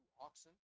oxen